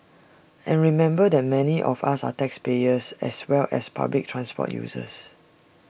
and remember that many of us are taxpayers as well as public transport users